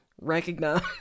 recognize